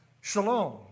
shalom